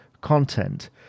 content